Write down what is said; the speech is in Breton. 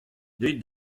deuit